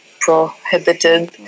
prohibited